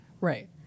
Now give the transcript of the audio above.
Right